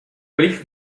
wellicht